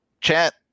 chat